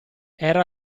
era